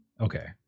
Okay